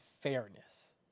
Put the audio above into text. fairness